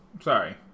sorry